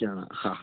अच्छा हा